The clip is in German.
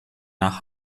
nach